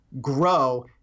grow